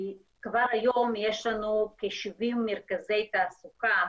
כבר היום יש לנו כ-70 מרכזי תעסוקה,